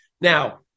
Now